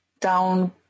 down